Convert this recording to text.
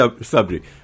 subject